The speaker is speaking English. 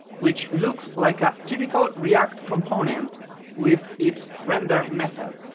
which looks like a typical react component with its render method.